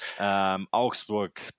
Augsburg